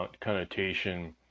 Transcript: connotation